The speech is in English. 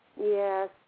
Yes